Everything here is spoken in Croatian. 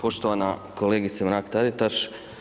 Poštovana kolegice Mrak-TAritaš.